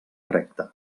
recta